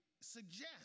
suggest